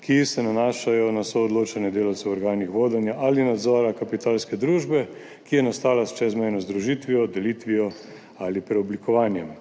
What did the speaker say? ki se nanašajo na soodločanje delavcev v organih vodenja ali nadzora kapitalske družbe, ki je nastala s čezmejno združitvijo, delitvijo ali preoblikovanjem.